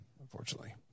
unfortunately